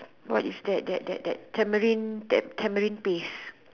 what is that that that that tamarind that tamarind paste